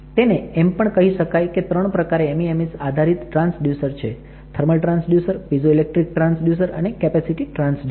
તેને એમ પણ કહી શકાય કે ત્રણ પ્રકારે MEMS આધારિત ટ્રાન્સડયુસર છે થર્મલ ટ્રાન્સડયુસર પીઝોઇલેક્ટ્રિક ટ્રાન્સડયુસર અને કેપેસિટી ટ્રાન્સડયુસર